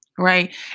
Right